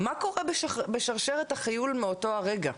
מה קורה ב'שרשרת החיול' מאותו הרגע?